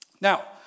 Now